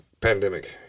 pandemic